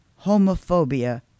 homophobia